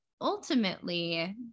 ultimately